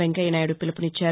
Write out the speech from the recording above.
Venkaiah Naidu పీలుపునిచ్చారు